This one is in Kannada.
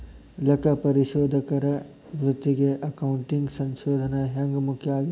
ಲೆಕ್ಕಪರಿಶೋಧಕರ ವೃತ್ತಿಗೆ ಅಕೌಂಟಿಂಗ್ ಸಂಶೋಧನ ಹ್ಯಾಂಗ್ ಮುಖ್ಯ ಆಗೇದ?